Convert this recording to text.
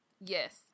Yes